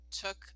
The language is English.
took